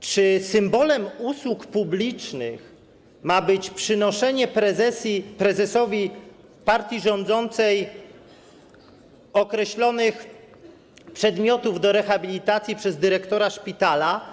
Czy symbolem usług publicznych ma być przynoszenie prezesowi partii rządzącej określonych przedmiotów do rehabilitacji przez dyrektora szpitala.